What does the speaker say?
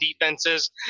defenses